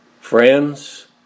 Friends